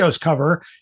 cover